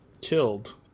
killed